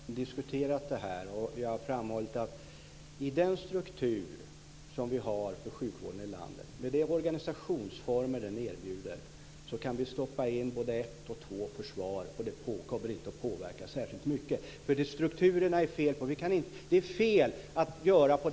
Herr talman! Vi har tidigare diskuterat det här, och jag har framhållit att i den struktur som vi har för sjukvården i landet, med de organisationsformer den erbjuder, kan vi stoppa in både ett och två försvar utan att det påverkar särskilt mycket. Det är strukturerna det är fel på.